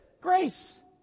Grace